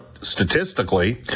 statistically